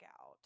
out